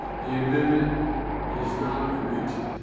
the amendment is not agreed to.